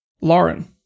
Lauren